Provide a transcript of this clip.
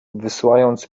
wysyłając